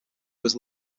was